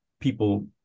people